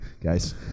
guys